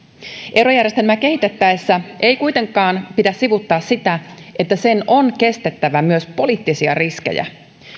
eurojärjestelmää kehitettäessä ei kuitenkaan pidä sivuuttaa sitä että sen on kestettävä myös poliittisia riskejä